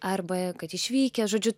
arba kad išvykę žodžiu